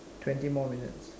twenty more minutes